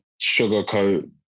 sugarcoat